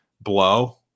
blow